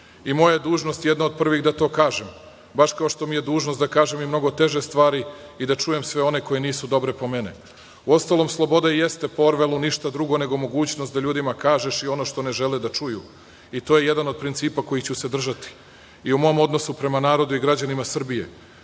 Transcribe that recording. je dužnost, jedna od prvih, da to kažem, baš kao što mi je dužnost da kažem i mnogo teže stvari i da čujem sve one koje nisu dobre po mene. Uostalom, sloboda i jeste po Orvelu ništa drugo nego mogućnost da ljudima kažeš i ono što ne žele da čuju, i to je jedan od principa kojih ću se držati i u mom odnosu prema narodu i građanima Srbije,